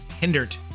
hindered